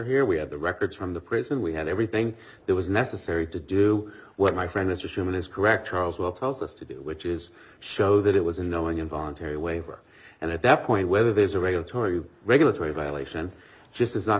here we have the records from the prison we had everything that was necessary to do what my friend mr sherman is correct charles will tells us to do which is show that it was knowing involuntary waiver and at that point whether there's a regulatory regulatory violation just is not